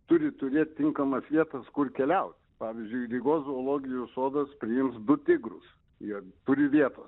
turi turėt tinkamas vietas kur keliaut pavyzdžiui rygos zoologijos sodas priims du tigrus jie turi vieto